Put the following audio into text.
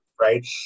right